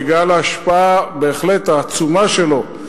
בגלל ההשפעה העצומה שלו,